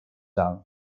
alt